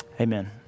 Amen